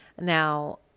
Now